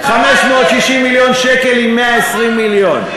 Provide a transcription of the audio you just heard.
560 מיליון שקל עם 120 מיליון.